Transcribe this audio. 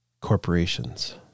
corporations